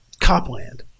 Copland